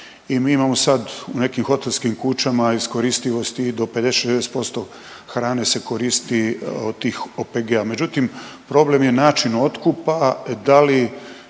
i mi imamo sad u nekim hotelskim kućama iskoristivosti i do 56% hrane se koristi od tih OPG-a, međutim, problem je način otkupa, da li